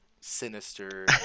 sinister